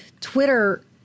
Twitter